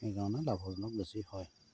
সেইকাৰণে লাভজনক বেছি হয়